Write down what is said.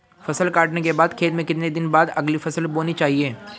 फसल काटने के बाद खेत में कितने दिन बाद अगली फसल बोनी चाहिये?